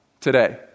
today